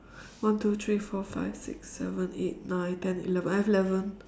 one two three four five six seven eight nine ten eleven I have eleven